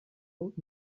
old